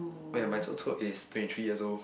oh ya my chou-chou is twenty three years old